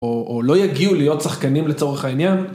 או לא יגיעו להיות שחקנים לצורך העניין.